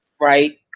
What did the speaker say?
Right